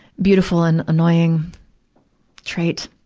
beautiful and annoying trait,